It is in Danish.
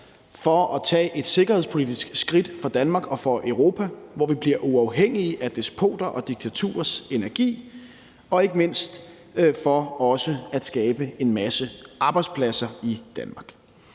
for at tage et sikkerhedspolitisk skridt for Danmark og for Europa, som gør, at vi bliver uafhængige af despoter og diktaturers energi, og ikke mindst for også at skabe en masse arbejdspladser i Danmark.